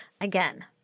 again